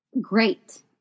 great